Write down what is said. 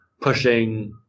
pushing